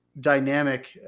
dynamic